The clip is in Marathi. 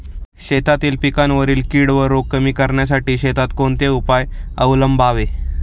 शेतातील पिकांवरील कीड व रोग कमी करण्यासाठी शेतात कोणते उपाय अवलंबावे?